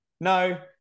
no